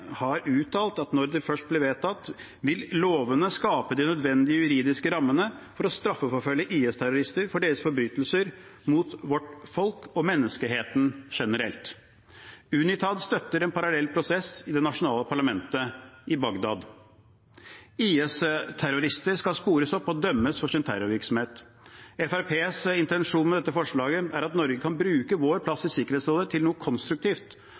har uttalt at når det først blir vedtatt, vil lovene skape de nødvendige juridiske rammene for å straffeforfølge IS-terrorister for deres forbrytelser mot vårt folk og menneskeheten generelt. UNITAD støtter en parallell prosess i det nasjonale parlamentet i Bagdad. IS-terrorister skal spores opp og dømmes for sin terrorvirksomhet. Fremskrittspartiets intensjon med dette forslaget er at Norge kan bruke sin plass i Sikkerhetsrådet til noe konstruktivt